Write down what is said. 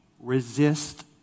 resist